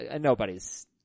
Nobody's